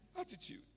Attitude